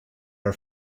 our